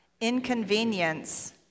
inconvenience